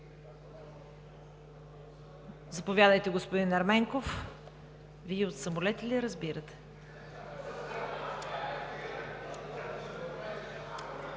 Заповядайте, господин Ерменков. Вие и от самолети ли разбирате?